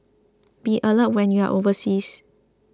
be alert when you are overseas